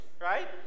right